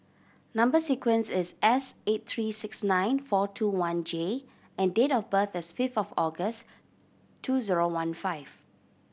number sequence is S eight three six nine four two one J and date of birth is fifth of August two zero one five